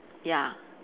ya